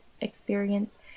experience